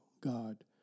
God